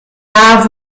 jahr